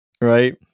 right